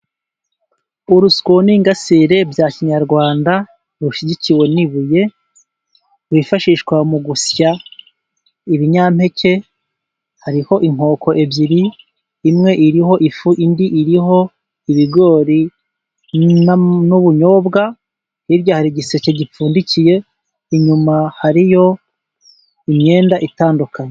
Urusyo n'ingasire bya kinyarwanda rushyigikiwe n'ibuye. Rwifashishwa mu gusya ibinyampeke. Hariho inkoko ebyiri imwe iriho ifu, indi iriho ibigori n'ubunyobwa. Hirya hari igiseke gipfundikiye, inyuma hariyo imyenda itandukanye.